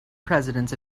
presidents